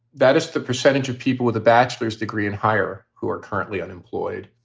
that is the percentage of people with a bachelor's degree and higher who are currently unemployed.